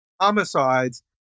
homicides